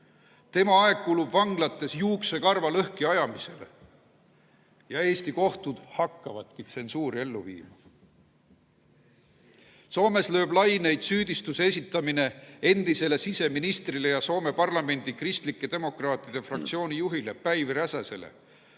Tema aeg kulub vanglates juuksekarva lõhkiajamisele. Ja Eesti kohtud hakkavadki tsensuuri ellu viima. Soomes lööb laineid süüdistuse esitamine endisele siseministrile ja Soome parlamendi kristlike demokraatide fraktsiooni juhile Päivi Räsäsele.